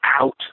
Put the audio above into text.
out